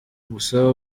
gusa